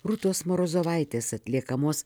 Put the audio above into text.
rūtos morozovaitės atliekamos